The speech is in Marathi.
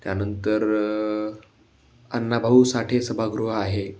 त्यानंतर अण्णाभाऊ साठे सभागृह आहे